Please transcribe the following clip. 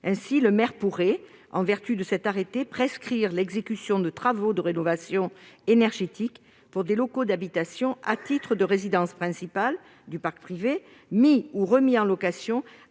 Ainsi, le maire pourrait, en vertu de cet arrêté, prescrire l'exécution de travaux de rénovation énergétique pour des locaux d'habitation à titre de résidence principale du parc privé mis ou remis en location